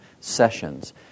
sessions